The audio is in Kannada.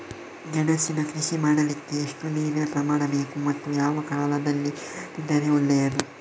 ಗೆಣಸಿನ ಕೃಷಿ ಮಾಡಲಿಕ್ಕೆ ಎಷ್ಟು ನೀರಿನ ಪ್ರಮಾಣ ಬೇಕು ಮತ್ತು ಯಾವ ಕಾಲದಲ್ಲಿ ಮಾಡಿದರೆ ಒಳ್ಳೆಯದು?